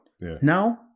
Now